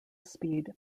speed